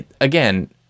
again